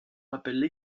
rappellent